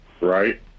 right